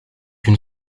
une